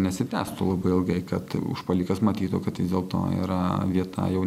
nesitęstų labai ilgai kad užpuolikas matytų kad vis dėl to yra vieta jau